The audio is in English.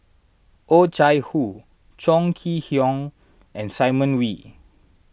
Oh Chai Hoo Chong Kee Hiong and Simon Wee